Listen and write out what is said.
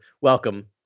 welcome